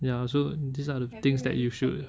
ya so these are the things that you should